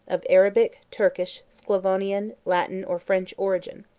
of arabic, turkish, sclavonian, latin, or french origin.